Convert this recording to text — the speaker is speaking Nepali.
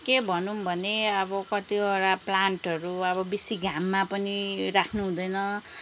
के भनौँ भने अब कतिवटा प्लान्टहरू अब बेसी घाममा पनि राख्नुहुँदैन